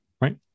right